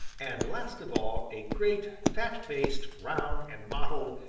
and, last of all, a great, fat face, round, and mottled,